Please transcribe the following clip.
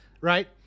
right